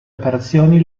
operazioni